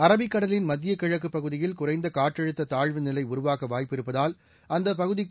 அரபிக்கடலின் மத்திய கிழக்குப் பகுதியில் குறைந்த காற்றழுத்த தாழ்வுநிலை உருவாக வாய்ப்பிருப்பதால் அந்த பகுதிக்கு